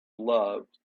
loved